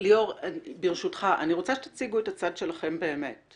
אני רוצה שתציגו את הצד שלכם באמת.